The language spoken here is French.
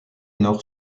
nord